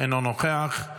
אינו נוכח.